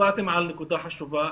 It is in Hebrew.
הצבעתם על נקודה חשובה.